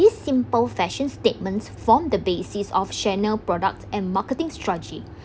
this simple fashion statements form the basis of chanel product and marketing strategy